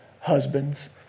husbands